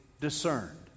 discerned